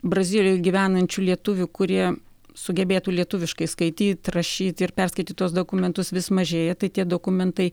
brazilijoj gyvenančių lietuvių kurie sugebėtų lietuviškai skaityt rašyt ir perskaityt tuos dokumentus vis mažėja tai tie dokumentai